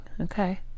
Okay